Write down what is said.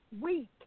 week